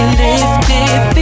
lifted